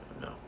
No